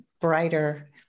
brighter